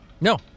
No